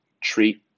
treat